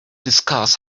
discuss